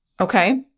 Okay